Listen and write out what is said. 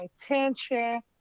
tension